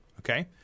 Okay